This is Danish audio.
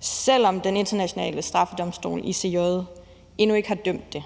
selv om Den Internationale Straffedomstol, ICJ, endnu ikke har dømt det.